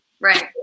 Right